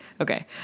okay